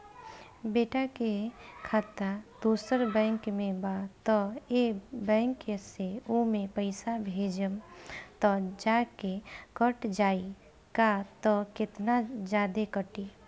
बेटा के खाता दोसर बैंक में बा त ए बैंक से ओमे पैसा भेजम त जादे कट जायी का त केतना जादे कटी?